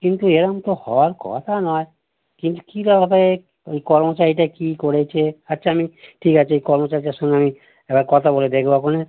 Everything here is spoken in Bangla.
কিন্তু এরকম তো হওয়ার কথা নয় কিন্তু ওই কর্মচারীটা কী করেছে আচ্ছা আমি ঠিক আছে ওই কর্মচারীটার সঙ্গে আমি একবার কথা বলে দেখব আপনে